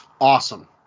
Awesome